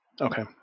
Okay